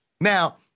Now